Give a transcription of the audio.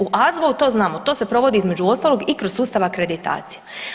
U AZVO-lu to znamo, to se provodi između ostalog i kroz sustav akreditacije.